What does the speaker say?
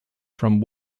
from